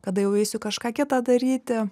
kada jau eisiu kažką kita daryti